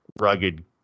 rugged